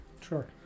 Sure